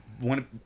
one